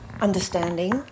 understanding